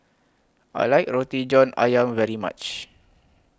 I like Roti John Ayam very much